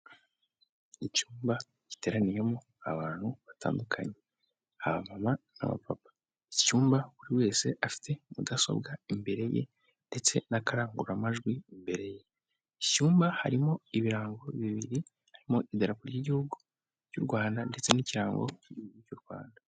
Icyumba giteraniyemo abantu batandukanye, abamama n'abapapa, iki cyumba buri wese afite mudasobwa imbere ye ndetse n'akarangururamajwi imbere ye, iki cyumba harimo ibirango bibiri, harimo idarapo ry'igihugu cy'u Rwanda ndetse n'ikirango cy'u Rwanda.